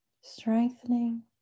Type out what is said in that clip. strengthening